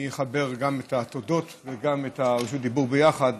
אני אחבר גם את התודות וגם את רשות הדיבור ביחד,